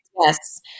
Yes